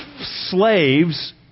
slaves